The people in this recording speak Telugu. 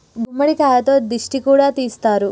గుమ్మడికాయతో దిష్టి కూడా తీస్తారు